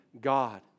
God